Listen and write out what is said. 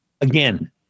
Again